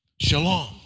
Shalom